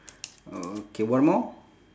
okay one more